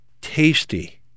tasty